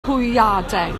hwyaden